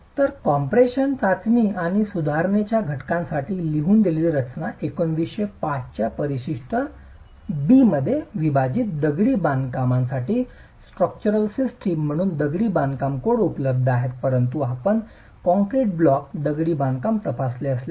तर कॉम्प्रेशन चाचणी आणि सुधारणेच्या घटकांसाठी लिहून दिलेली रचना 1905 च्या परिशिष्ट B मध्ये अविभाजित दगडी बांधकामासाठी स्ट्रक्चरल सिस्टम म्हणून दगडी बांधकाम कोड उपलब्ध आहे परंतु आपण कॉंक्रिट ब्लॉक दगडी बांधकाम तपासले असल्यास